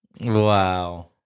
Wow